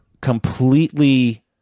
completely